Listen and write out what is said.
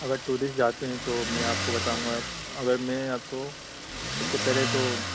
اگر ٹورسٹ جاتے ہیں تو میں آپ کو بتاؤں گا اگر میں آپ کو سب سے پہلے تو